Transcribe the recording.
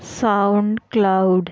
sound cloud